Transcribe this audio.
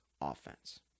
offense